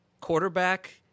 quarterback